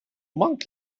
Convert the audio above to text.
monk